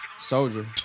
soldier